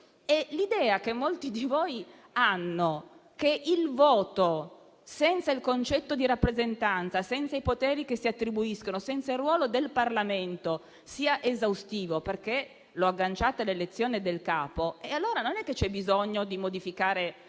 questo: molti di voi hanno l'idea che il voto, senza il concetto di rappresentanza, senza i poteri che si attribuiscono e senza il ruolo del Parlamento, sia esaustivo perché lo agganciate all'elezione del capo, ma allora non c'è bisogno di modificare dieci o